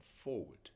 forward